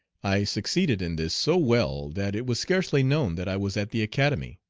i succeeded in this so well that it was scarcely known that i was at the academy.